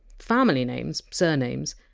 family names, surnames,